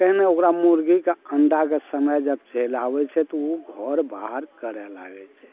कहिना ओकरा मुर्गीके अण्डाके समय जब चलि आबै छै तऽ ओ घर बाहर करय लागै छै